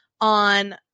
on